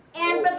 and,